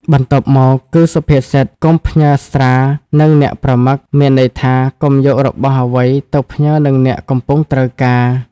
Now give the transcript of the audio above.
បន្ទាប់មកគឺ សុភាសិតកុំផ្ញើស្រានិងអ្នកប្រមឹក មានន័យថា កុំយករបស់អ្វីទៅផ្ញើនឹងអ្នកកំពុងត្រូវការ ។